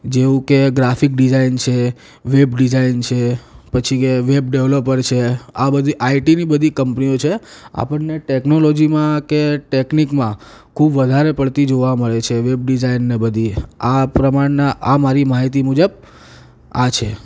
જેવુ કે graphic design છે વેબ ડિઝાઇન છે પછી કે વેબ ડેવેલોપર છે આ બધી આઇટીની બધી કંપનીઓ છે આપણને ટેક્નોલૉજીમાં કે ટેકનિકમાં ખૂબ વધારે પડતી જોવા મળે છે વેબ ડિઝાઇનને એ બધી આ પ્રમાણનાં આ મારી માહિતી મુજબ આ છે